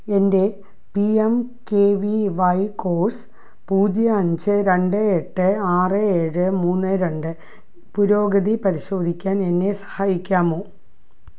എൻ്റെ P M K V Y course പൂജ്യം അഞ്ച് രണ്ട് എട്ട് ആറ് ഏഴ് മൂന്ന് രണ്ട് പുരോഗതി പരിശോധിക്കാൻ എന്നെ സഹായിക്കാമോ